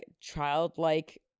childlike